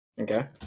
Okay